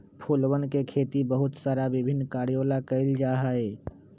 फूलवन के खेती बहुत सारा विभिन्न कार्यों ला कइल जा हई